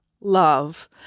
love